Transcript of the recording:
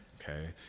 Okay